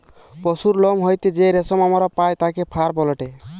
পশুর লোম হইতে যেই রেশম আমরা পাই তাকে ফার বলেটে